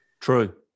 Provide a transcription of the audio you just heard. True